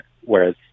whereas